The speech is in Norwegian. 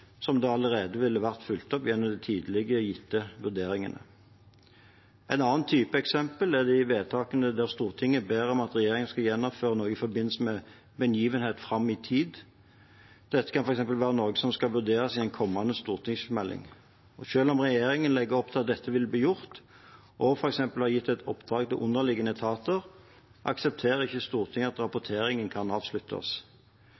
som allerede ville vært fulgt opp gjennom de tidligere gitte vurderingene. En annen type eksempel er de vedtakene der Stortinget ber om at regjeringen skal gjennomføre noe i forbindelse med en begivenhet fram i tid. Dette kan f.eks. være noe som skal vurderes i en kommende stortingsmelding. Selv om regjeringen legger opp til at dette vil bli gjort, og f.eks. har gitt et oppdrag til underliggende etater, aksepterer ikke Stortinget at